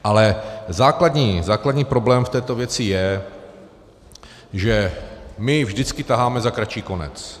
Ale základní problém v této věci je, že my vždycky taháme za kratší konec.